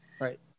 right